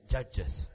Judges